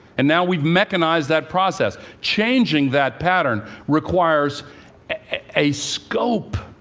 and now we mechanized that process. changing that pattern requires a scope,